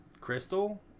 Crystal